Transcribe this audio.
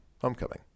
Homecoming